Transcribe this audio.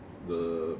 the